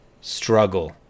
struggle